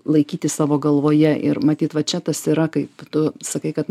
laikyti savo galvoje ir matyt va čia tas yra kaip tu sakai kad